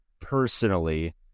personally